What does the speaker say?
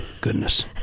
goodness